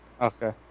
Okay